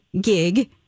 gig